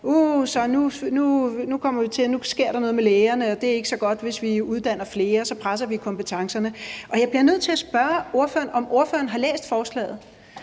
nu sker der noget med lægerne, og det er ikke så godt, hvis vi uddanner flere, for så presser vi kompetencerne. Jeg bliver nødt til at spørge ordføreren, om ordføreren har læst forslaget.